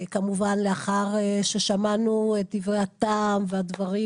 כמובן לאחר ששמענו את דברי הטעם והדברים